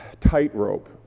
tightrope